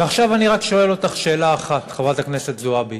ועכשיו, אני רק שואל אותך, חברת הכנסת זועבי,